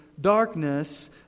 darkness